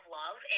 love